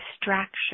distraction